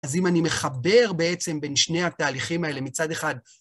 אז אם אני מחבר בעצם בין שני התהליכים האלה מצד אחד...